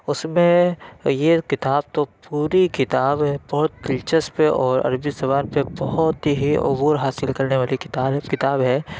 اس میں یہ کتاب تو پوری کتاب بہت دلچسپ ہے اور عربی زبان پہ بہت ہی عبور حاصل کرنے والی کتاب ہے کتاب ہے